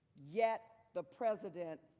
yet, the president